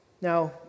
Now